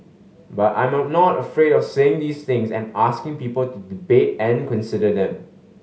but I'm not afraid of saying these things and asking people to debate and consider them